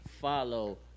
follow